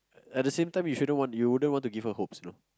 at the same time you shouldn't you wouldn't give her hopes though